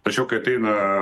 tačiau kai ateina